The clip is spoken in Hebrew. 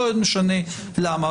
לא משנה למה,